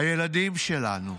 הילדים שלנו,